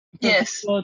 Yes